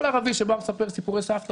כל ערבי שבא ומספר סיפורי סבתא,